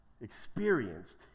experienced